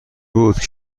بود